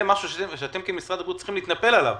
זה משהו שאתם כמשרד בריאות צריכים להתנפל עליו,